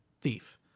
thief